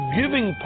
giving